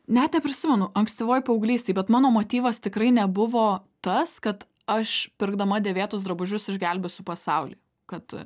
net neprisimenu ankstyvoj paauglystėj bet mano motyvas tikrai nebuvo tas kad aš pirkdama dėvėtus drabužius išgelbėsiu pasaulį kad